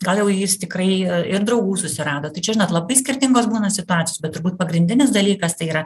gal jau jis tikrai ir draugų susirado tai čia žinot labai skirtingos būna situacijos bet turbūt pagrindinis dalykas tai yra